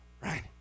Right